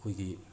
ꯑꯩꯈꯣꯏꯒꯤ